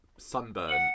Sunburn